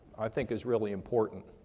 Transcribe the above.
i think it's really important,